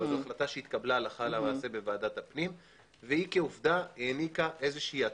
אבל היא התקבלה בוועדת הפנים והעניקה כעובדה,